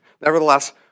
Nevertheless